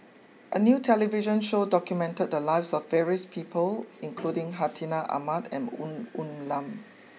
a new television show documented the lives of various people including Hartinah Ahmad and Woon Woon Lam